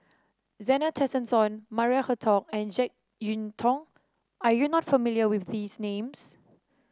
Zena Tessensohn Maria Hertogh and JeK Yeun Thong are you not familiar with these names